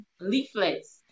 leaflets